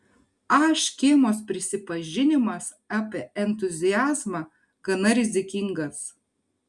a škėmos prisipažinimas apie entuziazmą gana rizikingas